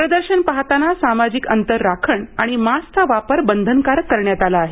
प्रदर्शन पाहताना सामाजिक अंतर राखणं आणि मास्कचा वापर बंधनकारक करण्यात आला आहे